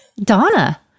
Donna